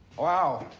wow.